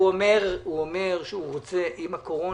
הוא אומר שאם הקורונה,